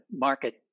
market